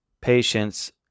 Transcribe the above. patience